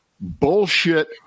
bullshit